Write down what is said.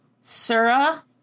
Sura